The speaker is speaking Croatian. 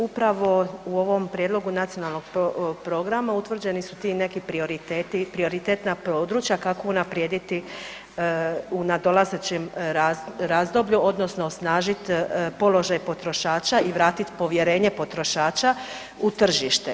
Upravo u ovom Prijedlogu nacionalnog programa utvrđeni su ti neki prioriteti i prioritetna područja kako unaprijediti u nadolazećem razdoblju odnosno osnažiti položaj potrošača i vratiti povjerenje potrošača u tržište.